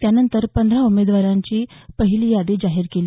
त्यानंतर पंधरा उमेदवारांची पहिली यादी जाहीर केली